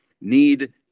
need